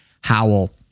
Howell